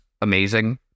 amazing